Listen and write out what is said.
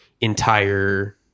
entire